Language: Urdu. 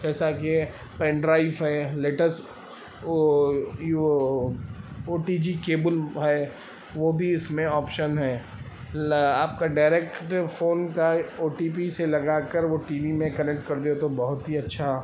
جیسا کہ پین ڈرائف ہے لیٹسٹ وہ او ٹی جی کیبل ہے وہ بھی اس میں آپشن ہے آپ کا ڈائرکٹ فون کا او ٹی پی سے لگا کر وہ ٹی وی میں کنکٹ کردیا تو بہت ہی اچھا